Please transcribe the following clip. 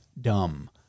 dumb